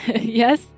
Yes